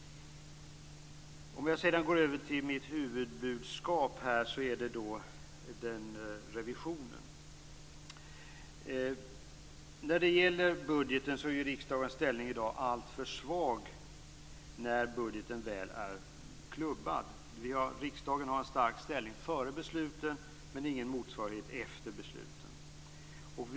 Låt mig sedan gå över till mitt huvudbudskap. Det gäller revisionen. Riksdagens ställning är i dag alltför svag när budgeten väl är klubbad. Riksdagen har en stark ställning före besluten men ingen motsvarighet efter besluten.